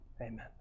Amen